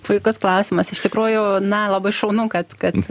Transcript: puikus klausimas iš tikrųjų na labai šaunu kad kad